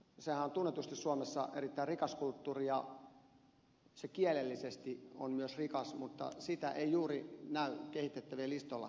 sehän on tunnetusti suomessa erittäin rikas kulttuuri ja se kielellisesti on myös rikas mutta sitä ei juuri näy kehitettävien listoilla